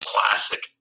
Classic